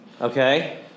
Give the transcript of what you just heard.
Okay